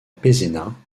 pézenas